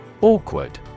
Awkward